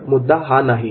पण हा मुद्दा नाही